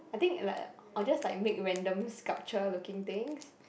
I think it like or just like make randoms sculptures looking things